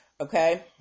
okay